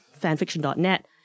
fanfiction.net